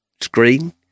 screen